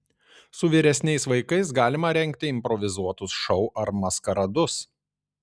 su vyresniais vaikais galima rengti improvizuotus šou ar maskaradus